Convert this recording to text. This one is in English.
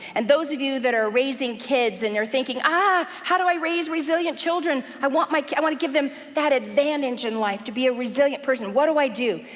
and those of you that are raising kids, and you're thinking ah, how do i raise resilient children? i want my, i want to give them that advantage in life to be a resilient person. what do i do?